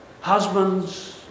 husbands